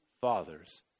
Father's